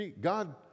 God